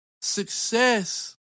Success